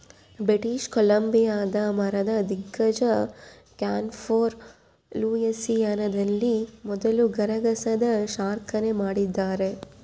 British ಕೊಲಂಬಿಯಾದ ಮರದ ದಿಗ್ಗಜ ಕ್ಯಾನ್ಫೋರ್ ಲೂಯಿಸಿಯಾನದಲ್ಲಿ ಮೊದಲ ಗರಗಸದ ಕಾರ್ಖಾನೆ ಮಾಡಿದ್ದಾರೆ